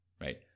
right